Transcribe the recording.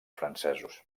francesos